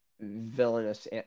villainous